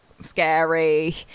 scary